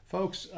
Folks